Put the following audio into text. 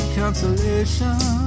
consolation